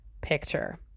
picture